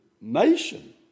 nation